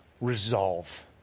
resolve